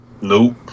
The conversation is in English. Nope